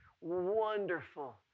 wonderful